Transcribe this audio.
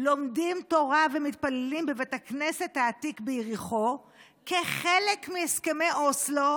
לומדים תורה ומתפללים בבית הכנסת העתיק ביריחו כחלק מהסכמי אוסלו,